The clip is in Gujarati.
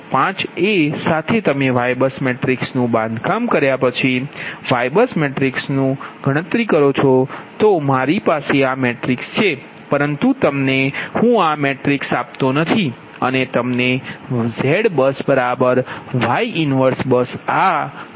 05 એ સાથે તમે YBUS મેટ્રિક્સનું બાંધકામ કર્યા પછી જ YBUS મેટ્રિક્સનું બાંધકામ કરો છો મારી સાથે આ મેટ્રિક્સ છે પરંતુ હું તમને આ મેટ્રિક્સ આપતો નથી અને તમને ZBUsYBUS 1આ ખરેખર ખબર છે